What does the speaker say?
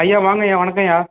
அய்யா வாங்கய்யா வணக்கம்ய்யா